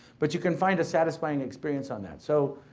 but you can find a satisfying experience on that. so,